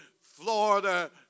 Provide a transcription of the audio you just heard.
Florida